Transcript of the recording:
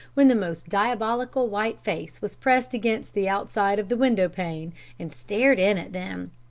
when the most diabolical white face was pressed against the outside of the window-pane and stared in at them.